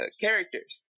characters